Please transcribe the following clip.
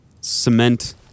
cement